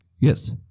Yes